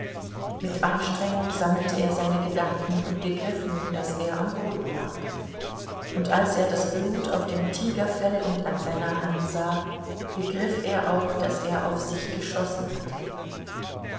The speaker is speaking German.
mit anstrengung sammelte er seine gedanken und begriff nun daß er am boden lag und als er das blut auf dem tigerfell und an seiner hand sah begriff er auch daß er auf sich geschossen hatte